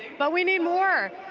but we need more!